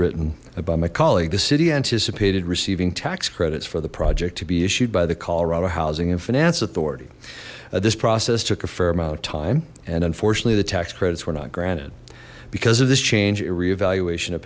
written by my colleague the city anticipated receiving tax credit for the project to be issued by the colorado housing and finance authority this process took a fair amount of time and unfortunately the tax credits were not granted because of this change a revaluation of